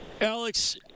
Alex